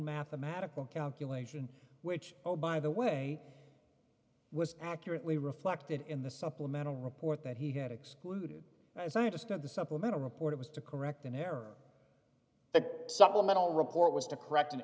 mathematical calculation which oh by the way was accurately reflected in the supplemental report that he had excluded as i understood the supplemental report was to correct an error in the supplemental report was to correct an